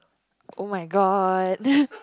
[oh]-my-god